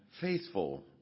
faithful